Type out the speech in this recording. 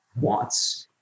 wants